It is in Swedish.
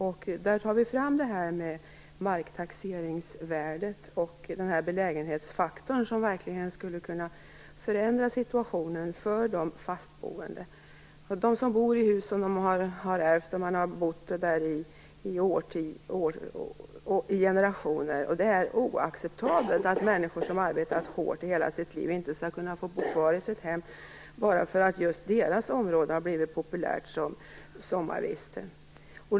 Vi håller fram det här med marktaxeringsvärdet och belägenhetsfaktorn, som verkligen skulle kunna förändra situationen för fastboende. Jag tänker på dem som bor i hus som ärvts och som bott där i generationer. Det är oacceptabelt att människor som arbetat hårt i hela sitt liv inte skall kunna få bo kvar i sina hem därför att just deras område blivit populärt som sommarviste.